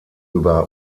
über